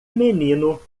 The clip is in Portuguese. menino